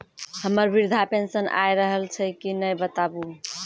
हमर वृद्धा पेंशन आय रहल छै कि नैय बताबू?